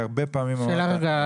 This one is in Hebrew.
סליחה,